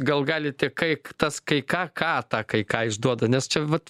gal galit tik kaik tas kai ką ką tą kai ką išduoda nes čia vat